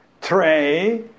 Three